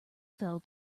fell